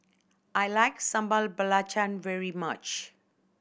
I like Sambal Belacan very much